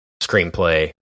screenplay